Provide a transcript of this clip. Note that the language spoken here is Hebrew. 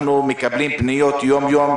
אנחנו מקבלים פניות יום-יום,